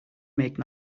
make